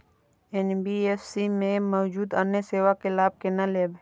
NBFC में मौजूद अन्य सेवा के लाभ केना लैब?